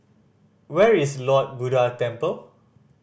where is Lord Buddha Temple